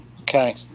Okay